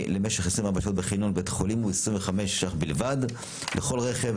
למשך 24 שעות בחניון בית חולים הוא 25 שקלים בלבד לכל רכב,